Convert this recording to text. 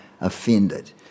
offended